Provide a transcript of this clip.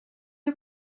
you